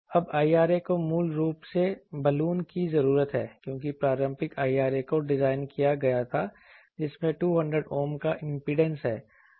अब IRA को मूल रूप से बालून की जरूरत है क्योंकि पारंपरिक IRA को डिजाइन किया गया था जिसमें 200 Ohm का इंपीडेंस है